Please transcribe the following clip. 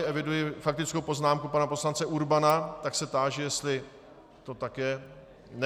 Eviduji faktickou poznámku pana poslance Urbana, tak se táži, jestli to tak je.